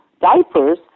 diapers